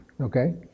okay